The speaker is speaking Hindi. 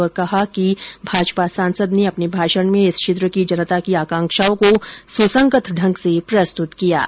प्रधानमंत्री ने कहा कि भाजपा सांसद ने अपने भाषण में इस क्षेत्र की जनता की आकांक्षाओं को सुसंगत ढंग से प्रस्तृत किया है